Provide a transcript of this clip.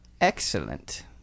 Excellent